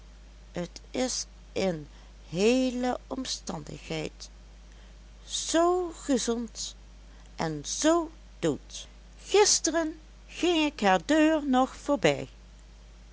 t is een heele omstandigheid z gezond en z dood gisteren ging ik haar deur nog voorbij